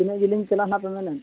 ᱛᱤᱱᱟᱹᱜ ᱡᱤᱞᱤᱧ ᱪᱟᱞᱟᱜᱼᱟ ᱚᱱᱟᱯᱮ ᱢᱮᱱᱮᱫ